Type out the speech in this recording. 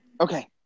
Okay